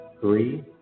three